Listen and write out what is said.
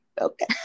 okay